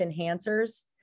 enhancers